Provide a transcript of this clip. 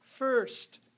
first